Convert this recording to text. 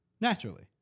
Naturally